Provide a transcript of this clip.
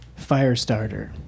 Firestarter